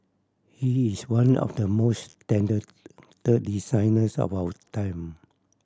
he is one of the most talented designers of our time